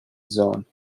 zone